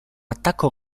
attacco